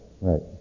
Right